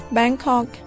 Bangkok